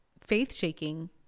faith-shaking